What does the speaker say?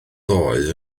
ddoe